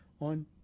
on